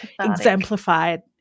exemplified